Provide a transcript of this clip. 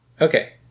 Okay